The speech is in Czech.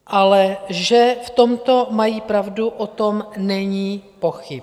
Ale že v tomto mají pravdu, o tom není pochyb.